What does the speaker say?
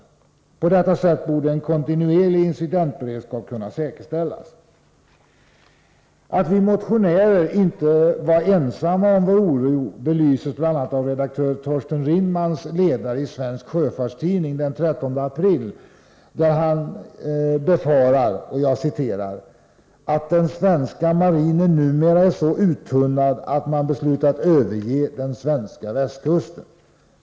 På detta sätt borde en kontinuerlig incidentberedskap kunna säkerställas. Att vi motionärer inte varit ensamma om vår oro belyses bl.a. av redaktör Thorsten Rinmans ledare i Svensk Sjöfarts Tidning den 13 april där han befarar ”att den svenska marinen numera är så uttunnad att man beslutat överge den svenska västkusten.